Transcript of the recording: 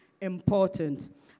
important